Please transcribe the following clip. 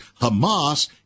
Hamas